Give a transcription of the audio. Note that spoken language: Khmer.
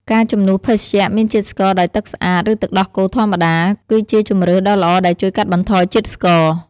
ការជំនួសភេសជ្ជៈមានជាតិស្ករដោយទឹកស្អាត ឬទឹកដោះគោធម្មតា គឺជាជម្រើសដ៏ល្អដែលជួយកាត់បន្ថយជាតិស្ករ។